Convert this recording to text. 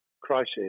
crisis